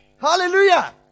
Hallelujah